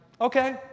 okay